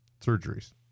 surgeries